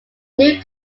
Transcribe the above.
new